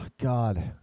God